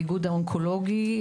האיגוד האונקולוגי,